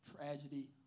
tragedy